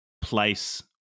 place